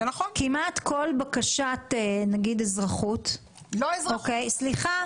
כמעט כל בקשת אזרחות --- לא אזרחות.